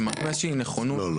שמרגישים נכונות --- לא,